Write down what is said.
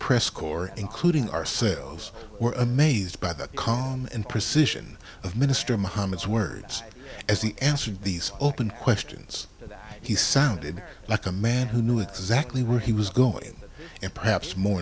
press corps including ourselves were amazed by the calm and precision of mr muhammad's words as he answered these open questions he sounded like a man who knew exactly where he was going and perhaps more